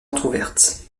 entrouverte